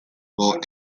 volt